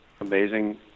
amazing